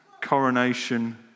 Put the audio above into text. coronation